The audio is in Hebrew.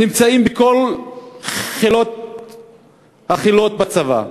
נמצאים בכל החילות בצבא,